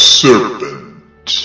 serpent